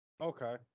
Okay